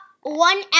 one